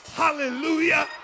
hallelujah